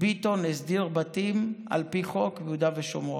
ביטון הסדיר בתים על פי חוק ביהודה ושומרון.